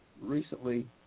recently